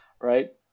right